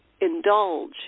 indulge